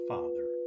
Father